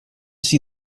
see